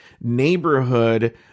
neighborhood